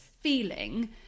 feeling